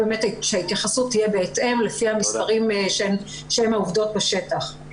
באמת שההתייחסות תהיה בהתאם לפי המספרים שהם העובדות בשטח.